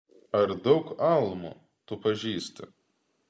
ar daug almų tu pažįsti